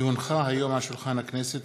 כי הונחה היום על שולחן הכנסת,